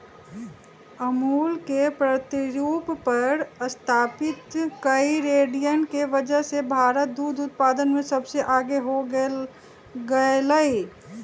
अमूल के प्रतिरूप पर स्तापित कई डेरियन के वजह से भारत दुग्ध उत्पादन में सबसे आगे हो गयलय